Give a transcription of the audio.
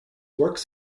works